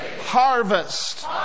harvest